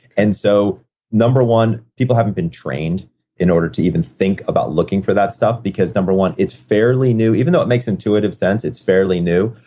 and so number one, people haven't been trained in order to even think about looking for that stuff because number one, it's fairly new. even though it makes intuitive sense, it's fairly new,